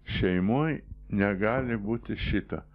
šeimoj negali būti šita